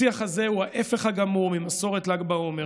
השיח הזה הוא ההפך הגמור ממסורת ל"ג בעומר,